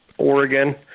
oregon